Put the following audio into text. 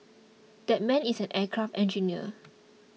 that man is an aircraft engineer